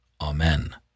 Amen